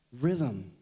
rhythm